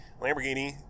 Lamborghini